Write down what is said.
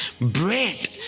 bread